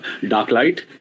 Darklight